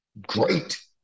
great